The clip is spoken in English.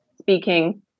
speaking